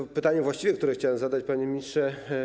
I pytanie właściwe, które chciałem zadać, panie ministrze.